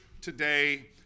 today